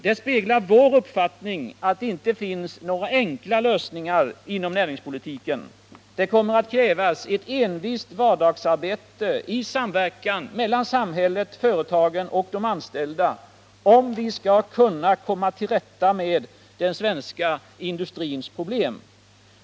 Det speglar vår uppfattning att det inte finns några enkla lösningar inom näringspolitikens område. Det kommer att krävas ett envist vardagsarbete i samverkan mellan samhället, företagen och de anställda om vi skall kunna komma till rätta med den svenska industrins problem.